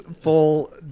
full